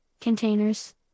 containers